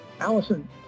Allison